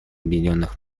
объединенных